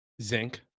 Zinc